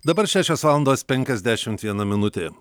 dabar šešios valandos penkiasdešimt viena minutė